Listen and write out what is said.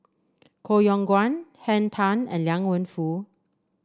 Koh Yong Guan Henn Tan and Liang Wenfu